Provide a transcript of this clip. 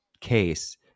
case